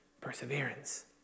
perseverance